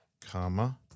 comma